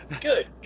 Good